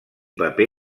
paper